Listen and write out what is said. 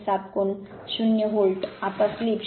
7 कोन 0 व्होल्ट आता स्लिप 0